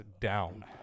down